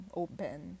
open